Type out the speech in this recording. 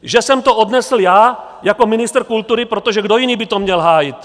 Že jsem to odnesl já jako ministr kultury protože kdo jiný by to měl hájit?